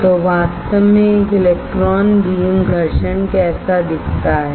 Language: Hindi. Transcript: तो वास्तव में एक इलेक्ट्रॉन बीम घर्षण कैसा दिखता है